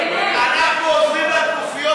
אנחנו עוזרים לכנופיות?